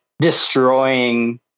destroying